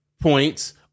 points